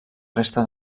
resta